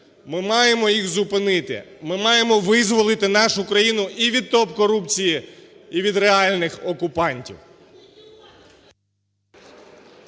Ми маємо їх зупинити, ми маємо визволити нашу країну і від топ- корупції, і від реальних окупантів.